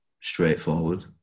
straightforward